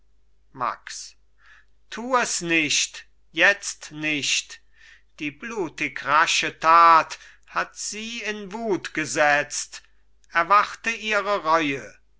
max tu es nicht jetzt nicht die blutig rasche tat hat sie in wut gesetzt erwarte ihre reue